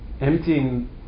emptying